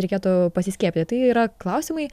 reikėtų pasiskiepyt tai yra klausimai